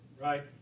Right